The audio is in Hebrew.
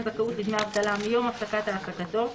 זכאות לדמי אבטלה מיום הפסקת העסקתו,